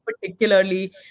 particularly